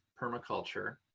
permaculture